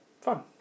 fun